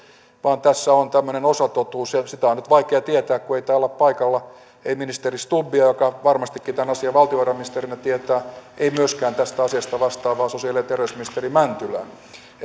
vaan tässä on tämmöinen osatotuus ja sitä on nyt vaikea tietää kun ei täällä ole paikalla ministeri stubb joka varmastikin tämän asian valtiovarainministerinä tietää ei myöskään tästä asiasta vastaava sosiaali ja terveysministeri mäntylä